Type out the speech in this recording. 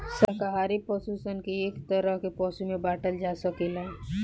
शाकाहारी पशु सन के एक तरह के पशु में बाँटल जा सकेला